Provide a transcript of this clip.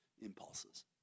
impulses